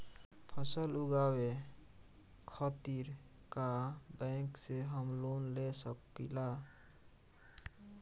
फसल उगावे खतिर का बैंक से हम लोन ले सकीला?